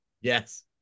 yes